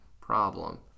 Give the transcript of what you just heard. problem